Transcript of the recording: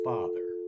Father